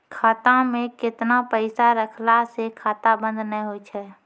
खाता मे केतना पैसा रखला से खाता बंद नैय होय तै?